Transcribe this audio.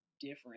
different